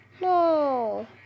No